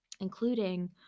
including